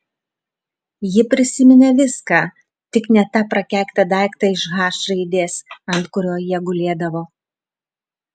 ji prisiminė viską tik ne tą prakeiktą daiktą iš h raidės ant kurio jie gulėdavo